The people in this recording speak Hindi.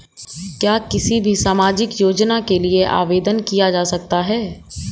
क्या किसी भी सामाजिक योजना के लिए आवेदन किया जा सकता है?